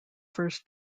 first